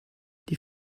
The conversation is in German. die